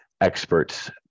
experts